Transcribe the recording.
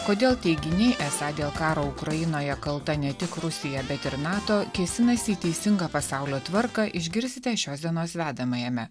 kodėl teiginiai esą dėl karo ukrainoje kalta ne tik rusija bet ir nato kėsinasi į teisingą pasaulio tvarką išgirsite šios dienos vedamajame